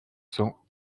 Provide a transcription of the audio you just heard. sont